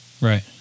right